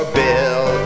bill